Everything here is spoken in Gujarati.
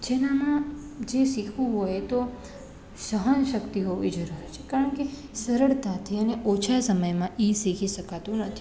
જેનામાં જે શીખવું હોય તો સહનશક્તિ હોવી જરૂરી છે કારણ કે સરળતાથી અને ઓછા સમયમાં એ શીખી શકાતું નથી